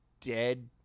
dead